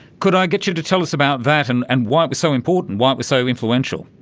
could i get you to tell us about that and and why it was so important, why it was so influential.